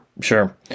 sure